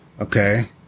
okay